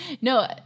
No